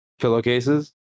Pillowcases